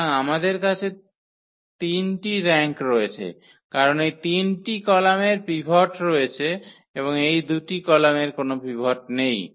সুতরাং আমাদের কাছে 3 টি র্যাঙ্ক রয়েছে কারণ এই 3 টি কলামের পিভট রয়েছে এবং এই দুটি কলামের কোন পিভট নেই